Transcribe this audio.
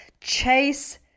Chase